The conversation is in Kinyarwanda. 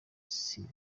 ciney